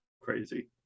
crazy